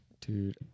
Dude